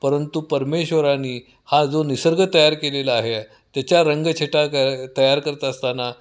परंतु परमेश्वराने हा जो निसर्ग तयार केलेला आहे त्याच्या रंगछटा कर तयार करत असताना